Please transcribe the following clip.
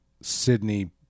Sydney